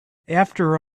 after